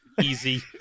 easy